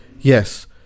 yes